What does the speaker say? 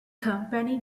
company